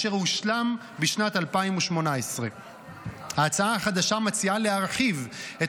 והוא הושלם בשנת 2018. ההצעה החדשה מציעה להרחיב את